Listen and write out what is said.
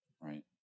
right